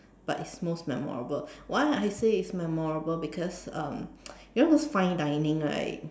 but it's most memorable why I say it's memorable because um you know those fine dining right